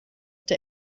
der